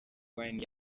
wayne